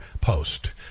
post